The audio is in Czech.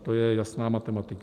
To je jasná matematika.